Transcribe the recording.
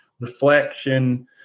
reflection